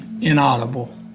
inaudible